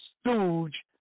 stooge